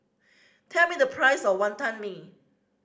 tell me the price of Wantan Mee